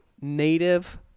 native